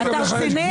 אתה רציני?